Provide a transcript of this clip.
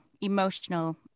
emotional